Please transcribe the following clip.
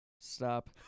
Stop